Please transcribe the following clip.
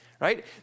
Right